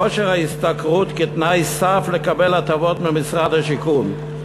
כושר ההשתכרות כתנאי סף לקבל הטבות ממשרד השיכון,